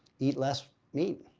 eat less meat.